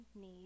need